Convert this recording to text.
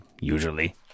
Usually